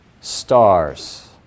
stars